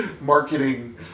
marketing